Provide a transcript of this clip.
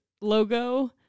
logo